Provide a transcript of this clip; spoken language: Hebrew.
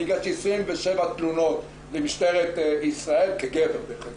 אני הגשתי 27 תלונות למשטרת ישראל כגבר.